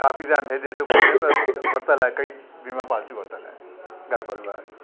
काफ़ी टाइम एॾे त कोन्हे पर वरितल आहे कई वीमा पालिसियूं वरितल आहिनि घर परिवार में